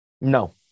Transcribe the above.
No